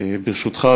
ברשותך,